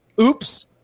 Oops